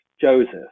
Joseph